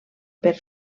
per